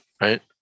Right